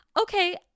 Okay